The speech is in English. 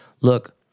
look